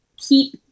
keep